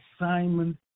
assignment